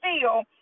feel